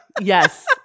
Yes